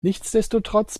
nichtsdestotrotz